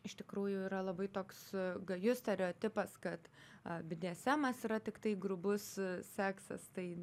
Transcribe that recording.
iš tikrųjų yra labai toks gajus stereotipas kad bdesemas yra tiktai grubus seksas tai